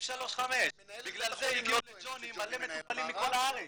בגלל זה הגיעו לג'וני מלא מטופלים מכל הארץ.